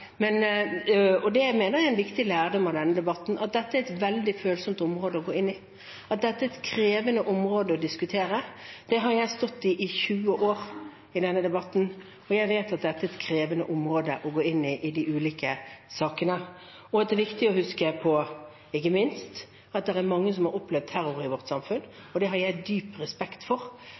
viktig lærdom av denne debatten. At dette er et veldig følsomt område å gå inn i, at dette er et krevende område å diskutere, det har jeg stått i i 20 år. Jeg vet at dette er et krevende område å gå inn i i de ulike sakene. Og det er viktig å huske på, ikke minst, at det er mange som har opplevd terror i vårt samfunn, og jeg har dyp respekt for